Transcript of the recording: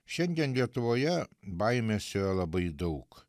šiandien lietuvoje baimės yra labai daug